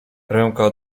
ręka